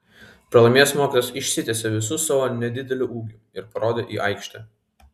pralaimėjęs mokytojas išsitiesė visu savo nedideliu ūgiu ir parodė į aikštę